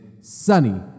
sunny